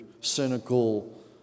cynical